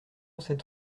cette